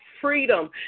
freedom